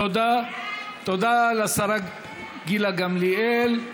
תודה לשרה גילה גמליאל.